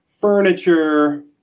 furniture